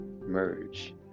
merge